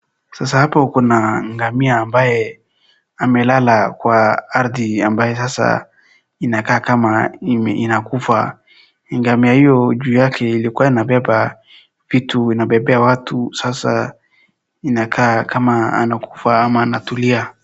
Sasa hapo kuna ngamia ambaye amelala kwa ardhi ambaye hasa inakaa kama inakufa. Ngamia hiyo juu yake ilikua na beba vitu, inabebea watu sasa inaka kama anakufa ama anatulia.